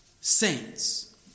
Saints